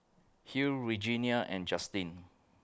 Hill Regenia and Justin